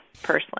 personally